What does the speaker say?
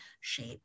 shape